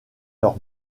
leur